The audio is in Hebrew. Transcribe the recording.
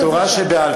זאת תורה שבעל-פה.